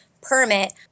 permit